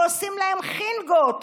ועושים להם חנגות.